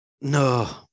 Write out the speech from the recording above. No